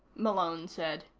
malone said.